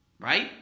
Right